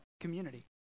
community